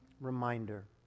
reminder